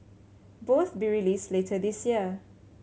both be released later this year